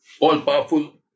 all-powerful